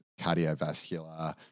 cardiovascular